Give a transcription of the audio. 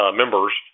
members